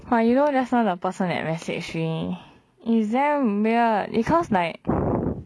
!wah! you know justnow the person that message me is damn weird because like